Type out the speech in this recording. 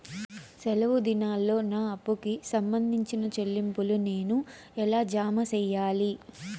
సెలవు దినాల్లో నా అప్పుకి సంబంధించిన చెల్లింపులు నేను ఎలా జామ సెయ్యాలి?